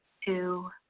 two,